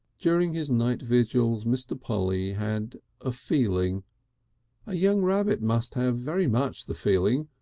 during his night vigils mr. polly had a feeling a young rabbit must have very much the feeling,